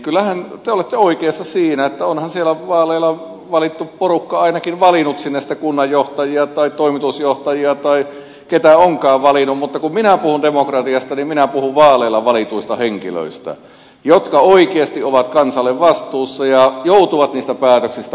kyllähän te olette oikeassa siinä että onhan siellä vaaleilla valittu porukka ainakin valinnut sinne sitten kunnanjohtajia tai toimitusjohtajia tai keitä onkaan valinnut mutta kun minä puhun demokratiasta niin minä puhun vaaleilla valituista henkilöistä jotka oikeasti ovat kansalle vastuussa ja joutuvat niistä päätöksistä vastaamaan